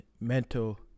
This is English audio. mental